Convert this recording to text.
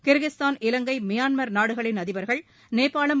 Kyrgyzstan Ilankai Myanmar நாடுகளின் அதிபர்கள் நேபாளம்